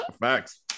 facts